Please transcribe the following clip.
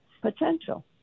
potential